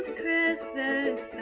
christmas